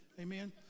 amen